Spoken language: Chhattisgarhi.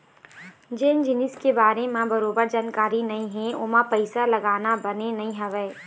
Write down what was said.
जेन जिनिस के बारे म बरोबर जानकारी नइ हे ओमा पइसा लगाना बने नइ होवय